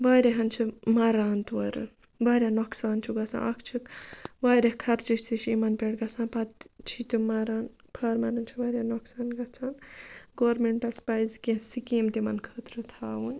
واریاہَن چھِ مَران تورٕ واریاہ نۄقصان چھُ گژھان اَکھ چھِکھ واریاہ خرچہِ تہِ چھِ یِمَن پٮ۪ٹھ گژھان پَتہٕ چھِ تِم مران فارمَرَن چھِ واریاہ نۄقصان گژھان گورمٮ۪نٛٹَس پَزِ کینٛہہ سِکیٖم تِمَن خٲطرٕ تھاوٕنۍ